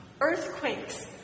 earthquakes